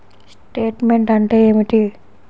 Statement అంటే ఏమిటి?